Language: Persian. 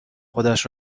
خودش